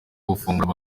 gufungura